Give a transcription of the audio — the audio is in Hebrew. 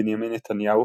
בנימין נתניהו,